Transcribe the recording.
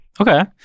Okay